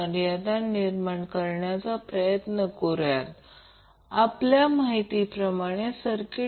म्हणजे जर ZC2 ला दोन मूल्य असेल कारण येथे तेथे आहे